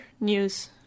news